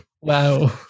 Wow